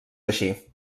així